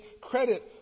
credit